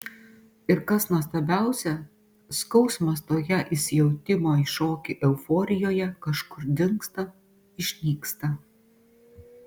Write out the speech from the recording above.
ir kas nuostabiausia skausmas toje įsijautimo į šokį euforijoje kažkur dingsta išnyksta